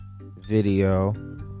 video